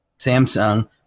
Samsung